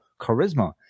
charisma